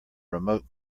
remote